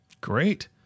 Great